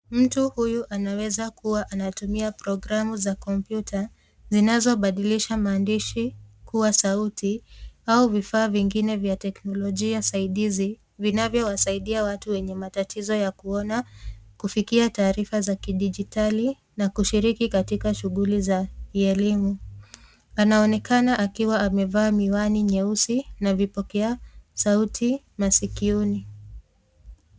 Mtu huyu anaweza kuwa anatumia programu za kompyuta zinazobadilisha maandishi kuwa sauti au vifaa vingine vya teknolojia saidizi vinavyowasaidia watu wenye matatizo ya kuona kufikia taarifa za kidijitali na kushiriki katika shughuli za kielimu. Anaonekana akiwa amevaa miwani nyeusi na vipokea sauti masikioni.